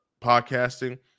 podcasting